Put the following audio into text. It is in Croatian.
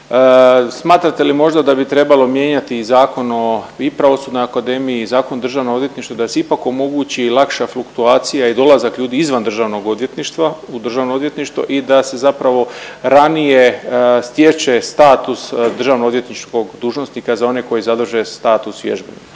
Smatrate li možda da bi trebalo mijenjati i Zakon o pravosudnoj akademiji i Zakon o državnom odvjetništvu da se ipak omogući lakša fluktuacija i dolazak ljudi izvan državnog odvjetništva u državno odvjetništvo i da se zapravo ranije stječe status državno odvjetničkog dužnosnika za one koji zadrže status vježbenika?